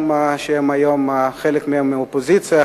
גם כאלה שהיום הם חלק מהאופוזיציה,